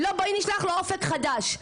"לא, בואי נשלח לו אופק חדש".